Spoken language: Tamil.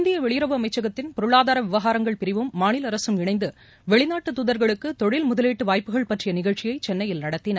இந்திய வெளியுறவு பொருளாதார விவகாரங்கள் பிரிவும் மாநில அரசும் இணைந்து வெளிநாட்டு துதர்களுக்கு தொழில் முதலீட்டு வாய்ப்புகள் பற்றிய நிகழ்ச்சியை சென்னையில் நடத்தின